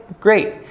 great